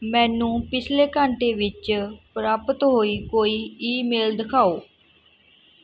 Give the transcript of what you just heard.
ਮੈਨੂੰ ਪਿਛਲੇ ਘੰਟੇ ਵਿੱਚ ਪ੍ਰਾਪਤ ਹੋਈ ਕੋਈ ਈਮੇਲ ਦਿਖਾਓ